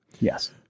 Yes